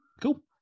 cool